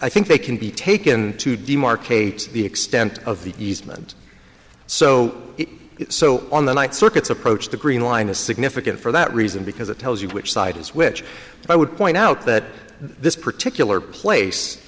i think they can be taken to demarcate the extent of the easement so so on the ninth circuit's approach the green line is significant for that reason because it tells you which side is which i would point out that this particular place